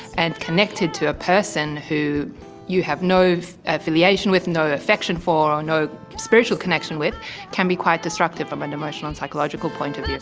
and connected to a person who you have no affiliation with, no affection for or no spiritual connection with can be quite disruptive from an emotional and psychological point of view.